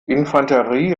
infanterie